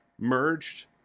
merged